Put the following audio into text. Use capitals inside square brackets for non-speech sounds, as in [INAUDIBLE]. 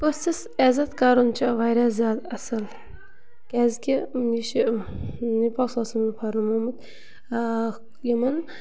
پٔژھِس عزت کَرُن چھُ واریاہ زیادٕ اَصٕل کیازِکہِ یہِ چھُ [UNINTELLIGIBLE] فرمومُت آ یِمَن